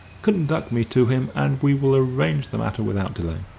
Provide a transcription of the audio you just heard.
conduct me to him, and we will arrange the matter without delay.